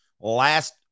last